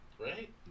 right